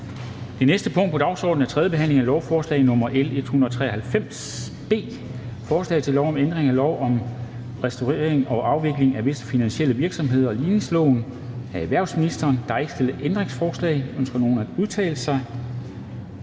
Det næste punkt på dagsordenen er: 8) 3. behandling af lovforslag nr. L 193 B: Forslag til lov om ændring af lov om restrukturering og afvikling af visse finansielle virksomheder og ligningsloven. (Oprettelse af gældsrådsgivningsenhed i Finansiel